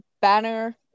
banner